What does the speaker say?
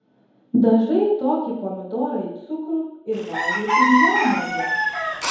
dažai tokį pomidorą į cukrų ir valgai kaip žemuogę